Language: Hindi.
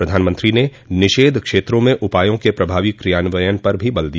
प्रधानमंत्री ने निषेध क्षेत्रों में उपायों के प्रभावी क्रियान्वयन पर जोर दिया